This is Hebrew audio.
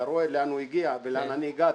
אתה רואה לאן הוא הגיע ולאן אני הגעתי.